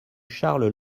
charles